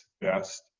best